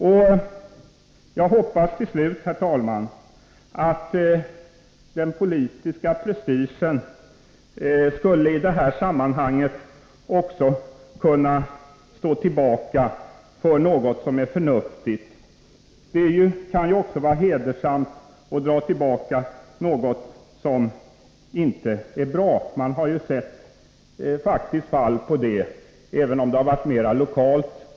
Till slut, herr talman, hade jag hoppats att den politiska prestigen här skulle kunna stå tillbaka för något som är förnuftigt. Det kan vara hedersamt att dra tillbaka något som inte är bra. Man har faktiskt sett exempel på det, även om det varit mer lokalt.